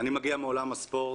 אני מגיע מעולם הספורט,